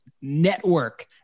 Network